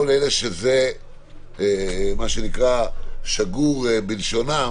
כל אלה שזה שגור בלשונם